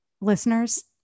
listeners